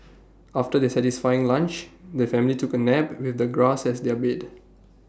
after their satisfying lunch the family took A nap with the grass as their bed